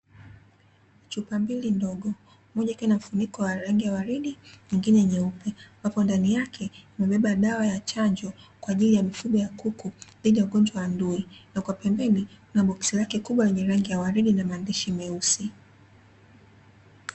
Chupa mbili ndogo, moja ikiwa na mfuniko wa rangi ya uwaridi nyingine nyeupe, ambapo ndani yake zimebeba dawa ya chanjo kwa ajili ya mifugo ya kuku, dhidi ya ugonjwa wa ndui. Na kwa pembeni kuna boksi lake kubwa lenye rangi ya uwaridi na maandishi meusi.